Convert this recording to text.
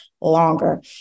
longer